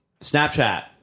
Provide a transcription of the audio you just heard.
Snapchat